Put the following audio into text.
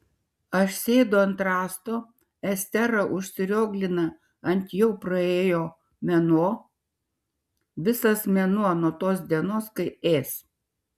aš sėdu ant rąsto estera užsirioglina ant jau praėjo mėnuo visas mėnuo nuo tos dienos kai ės